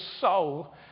soul